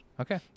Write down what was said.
Okay